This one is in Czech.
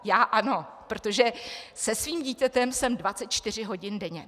Já ano, protože se svým dítětem jsem 24 hodin denně.